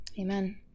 Amen